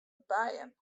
bijen